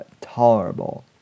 tolerable